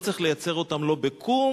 לא צריך לייצר אותן לא בקום,